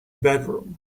bedroom